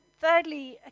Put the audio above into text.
thirdly